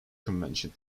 convention